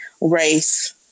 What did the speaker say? race